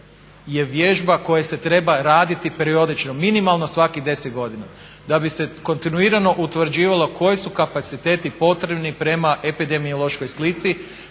je vježba koja se treba raditi periodično, minimalno svakih 10 godina da bi se kontinuirano utvrđivalo koji su kapaciteti potrebni prema epidemiološkoj slici,